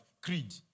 Creed